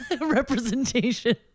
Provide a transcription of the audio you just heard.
representation